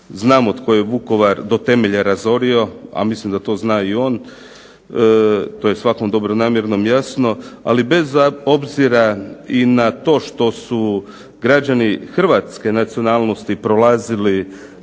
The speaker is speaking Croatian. znamo tko je Vukovar do temelja razorio, a mislim da to zna i on, to je svakom dobronamjernom jasno, ali bez obzira i na to što su građani hrvatske nacionalnosti prolazili u